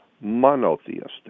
monotheistic